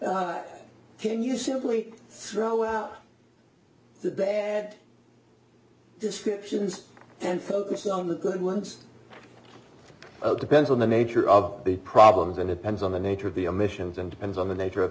can you simply throw out the bad descriptions and focus on the good ones depends on the nature of the problems and it depends on the nature of the emissions and depends on the nature of